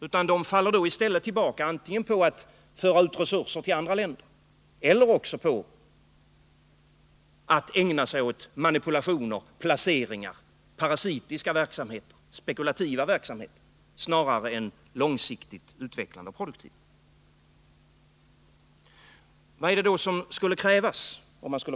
Man faller i stället tillbaka på att antingen föra ut resurser till andra länder eller på att ägna sig åt manipulationer, placeringar samt parasitiska och spekulativa verksamheter snarare än en långsiktig utveckling. Vad är det då som skulle krävas?